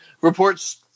reports